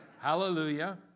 Hallelujah